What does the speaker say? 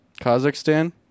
Kazakhstan